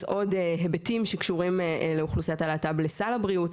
עוד היבטים שקשורים לאוכלוסיית הלהט"ב לסל הבריאות,